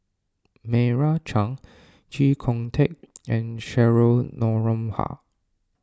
Meira Chand Chee Kong Tet and Cheryl Noronha